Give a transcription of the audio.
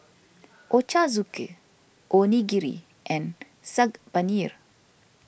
Ochazuke Onigiri and Saag Paneer